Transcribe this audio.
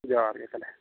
ᱡᱚᱦᱟᱨᱜᱮ ᱛᱟᱦᱚᱞᱮ